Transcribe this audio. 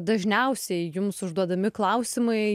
dažniausiai jums užduodami klausimai